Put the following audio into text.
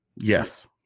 Yes